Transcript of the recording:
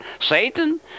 Satan